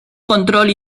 control